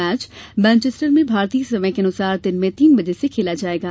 match Manchester में भारतीय समय के अनुसार दिन में तीन बजे से खेला जायेगा